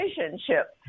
relationship